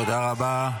תודה רבה.